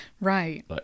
Right